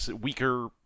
weaker